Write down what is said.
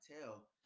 tell